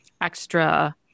extra